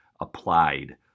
applied